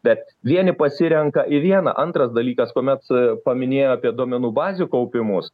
bet vieni pasirenka į vieną antras dalykas kuomet paminėjo apie duomenų bazių kaupimus